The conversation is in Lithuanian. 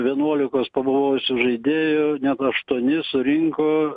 vienuolikos pabuvojusių žaidėjų net aštuoni surinko